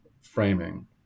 framing